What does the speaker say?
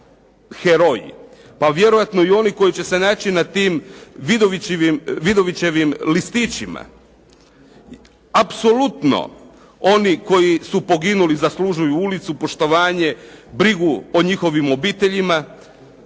Pa vjerojatno i oni koji će se naći na tim Vidovićevim listićima. Apsolutno, oni koji su poginuli zaslužuju ulicu, poštovanje, brigu o njihovim obiteljima,